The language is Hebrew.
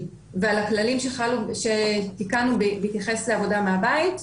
ועל הכללים שתיקנו בהתייחס לעבודה מהבית,